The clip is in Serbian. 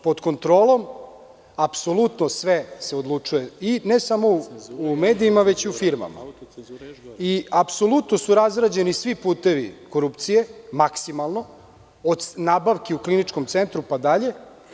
Pod kontrolom, apsolutno sve se odlučuje, i ne samo u medijima, već i u firmama iapsolutno su razrađeni svi putevi korupcije, maksimalno od nabavki u kliničkom centru pa dalje.